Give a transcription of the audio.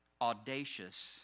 audacious